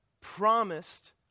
promised